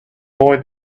boy